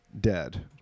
dead